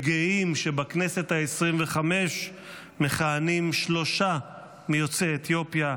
וגאים שבכנסת העשרים-וחמש מכהנים שלושה מיוצאי אתיופיה: